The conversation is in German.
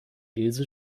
ilse